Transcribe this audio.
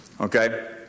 Okay